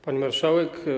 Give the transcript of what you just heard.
Pani Marszałek!